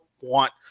want